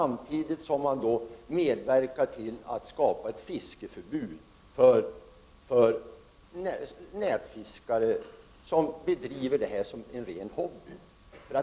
Men samtidigt medverkar man till ett fiskeförbud för de nätfiskare som har fisket som ren hobby.